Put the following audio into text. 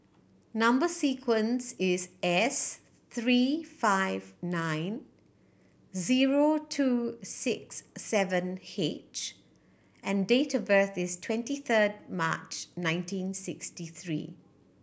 number sequence is S three five nine zero two six seven H and date of birth is twenty third March nineteen sixty three